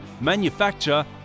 manufacture